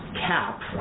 cap